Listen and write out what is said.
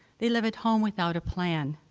they live at home without a plan,